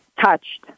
touched